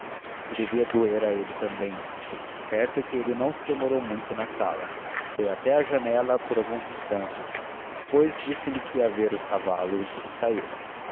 e devia doer a ele também certo é que ele não se demorou muito na sala foi até a janela por alguns instantes depois disse-me que ia ver os cavalos e saiu